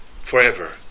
forever